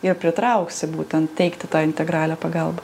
jų pritrauksi būtent teikti tą integralią pagalbą